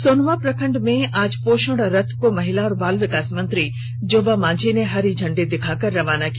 सोनवा प्रखंड में आज पोषण रथ को महिला एवं बाल विकास मंत्री जोबा मांझी ने हरी झंडी दिखाकर रवाना किया